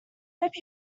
hope